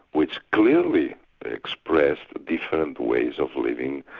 which clearly expressed different ways of living,